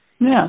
Yes